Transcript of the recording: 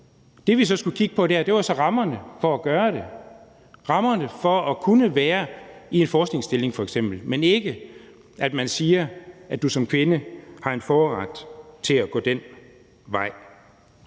Det, vi så skulle kigge på, var så rammerne for at gøre det, rammerne for f.eks. at kunne være i en forskningsstilling, men ikke at man siger, at man som kvinde har en forret til at gå den vej.